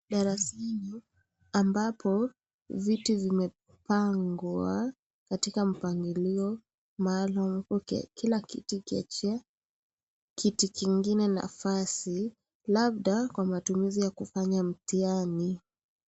Darasani, ambapo viti vimepangwa katika mpangilio maalum. Kila kiti ikiachia kiti kingine nafasi. Labda, kwa matumizi ya kufanya mtihani.